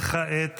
כעת